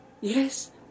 Yes